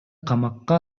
камакка